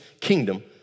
kingdom